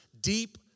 deep